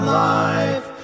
life